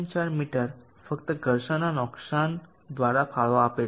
05 metre ફક્ત ઘર્ષણના નુકસાન દ્વારા ફાળો આપે છે